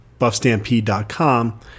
buffstampede.com